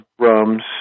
drums